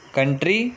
Country